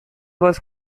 was